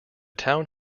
town